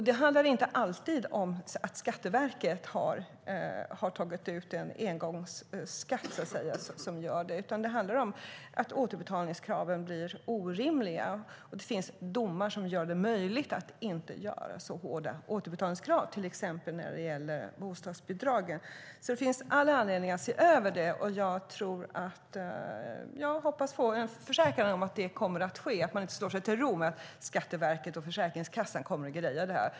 Det handlar inte alltid om att Skatteverket tagit ut en engångsskatt, utan det handlar om att återbetalningskraven blir orimliga. Det finns domar som gör det möjligt att inte ha så hårda återbetalningskrav, till exempel när det gäller bostadsbidraget. Det finns alltså all anledning att se över frågan. Jag hoppas få en försäkran om att så kommer att ske och att man inte slår sig till ro med att Skatteverket och Försäkringskassan kommer att ordna det.